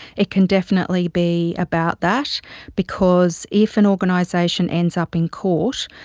it can definitely be about that because if an organisation ends up in court,